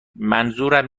منظورم